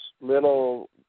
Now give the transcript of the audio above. little